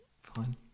Fine